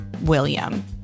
William